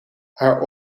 haar